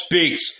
speaks